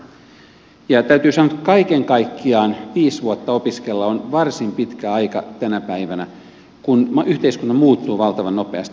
täytyy sanoa että kaiken kaikkiaan viisi vuotta opiskella on varsin pitkä aika tänä päivänä kun yhteiskunta muuttuu valtavan nopeasti